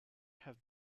have